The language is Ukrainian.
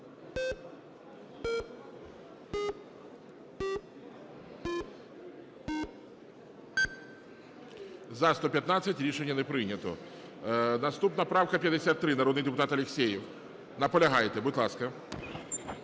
За-115 Рішення не прийнято. Наступна правка 53, народний депутат Алєксєєв. Наполягаєте? Будь ласка.